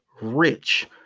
rich